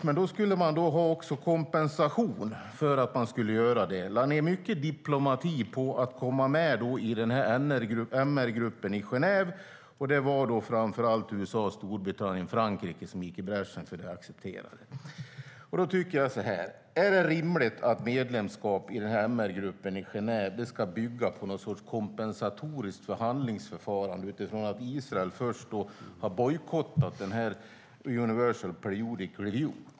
Man skulle dock ha kompensation för att delta. Det lades då ned mycket diplomati på att Israel skulle komma med i MR-gruppen i Genève, och det var framför allt USA, Storbritannien och Frankrike som gick i bräschen för detta accepterande. Är det rimligt att medlemskap i MR-gruppen i Genève ska bygga på ett kompensatoriskt förhandlingsförfarande efter att Israel först har bojkottat UPR?